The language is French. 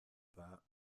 bas